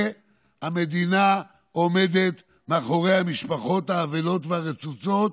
המדינה עומדת מאחורי המשפחות האבלות והרצוצות